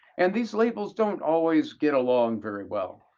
and these labels don't always get along very well.